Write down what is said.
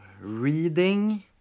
reading